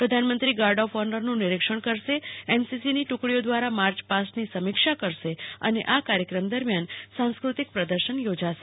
પ્રધાનમંત્રી guard of ઓનરનું નિરીક્ષણ કરશેએનસીસીની ટુકડીઓ દ્રારા માર્ચ પાસ્ટની સમીક્ષા કરશે અને આ કાર્યક્રમ દરમિયાન સાંસ્કૃતિક પ્રદર્શન જોશે